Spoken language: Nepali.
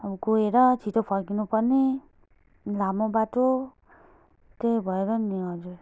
अब गएर छिट्टो फर्किनु पर्ने लामो बाटो त्यही भएर नि हजुर